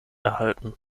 erhalten